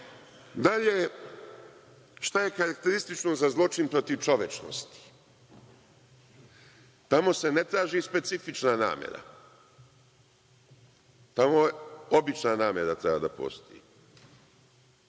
pravde. Dalje, šta je karakteristično za zločin protiv čovečnosti? Tamo se ne traži specifična namera. Tamo obična namera treba da postoji.